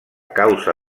causa